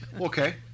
Okay